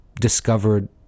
discovered